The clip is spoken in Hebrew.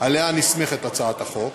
שעליו נסמכת הצעת החוק,